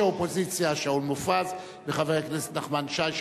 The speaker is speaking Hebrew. האופוזיציה שאול מופז וחבר הכנסת נחמן שי,